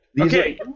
Okay